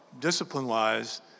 discipline-wise